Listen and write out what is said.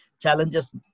challenges